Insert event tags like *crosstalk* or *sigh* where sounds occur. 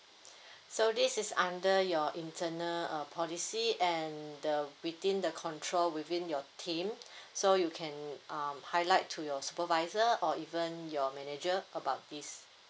*breath* so this is under your internal uh policy and the within the control within your team so you can um highlight to your supervisor or even your manager about this